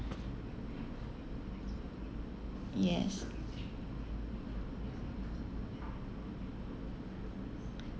yes